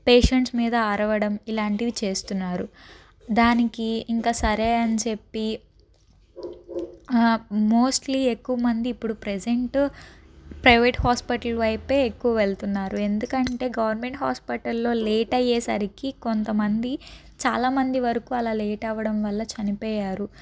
patients మీద అరవడం ఇలాంటివి చేస్తున్నారు దానికి ఇంకా సరే అని చెప్పి మోస్ట్లీ ఎక్కువ మంది ఇప్పుడు ప్రజెంట్ ప్రైవేట్ హాస్పటల్ వైపే ఎక్కువ వెళ్తున్నారు ఎందుకంటే గవర్నమెంట్ హాస్పిటల్లో లేట్ అయ్యేసరికి కొంతమంది చాలా మంది వరకు అలా లేట్ అవ్వడం వల్ల చనిపోయారు